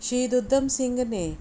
ਸ਼ਹੀਦ ਊਧਮ ਸਿੰਘ ਨੇ